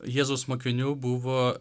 jėzaus mokinių buvo